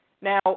Now